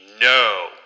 no